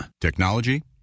Technology